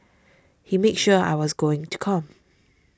he made sure I was going to come